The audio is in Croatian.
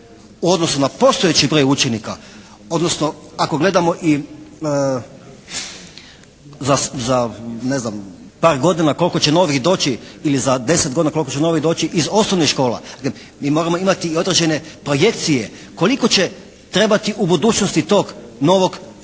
u odnosu na postojeći broj učenika, odnosno ako gledamo i za ne znam par godina koliko će novih doći ili za 10 godina koliko će novih doći iz osnovnih škola, dakle mi moramo imati i određene projekcije koliko će trebati u budućnosti tog novog prostora,